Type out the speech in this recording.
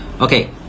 okay